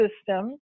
system